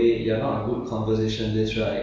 mm mm mm